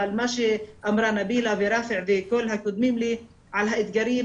אבל מה שאמרו נבילה וראפע וכל הקודמים לי על האתגרים